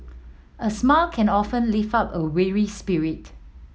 a smile can often lift up a weary spirit